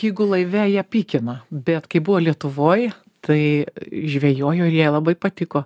jeigu laive ją pykina bet kai buvo lietuvoj tai žvejojo ir jai labai patiko